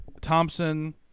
Thompson